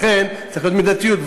לכן צריכה להיות מידתיות.